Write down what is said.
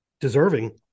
deserving